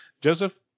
Joseph